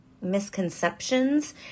misconceptions